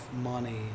money